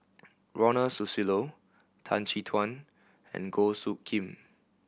Ronald Susilo Tan Chin Tuan and Goh Soo Khim